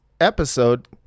episode